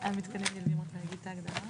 אני חוזר לישיבת הוועדה.